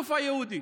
האספסוף היהודי.